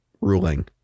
ruling